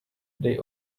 they